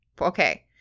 Okay